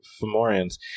Fomorians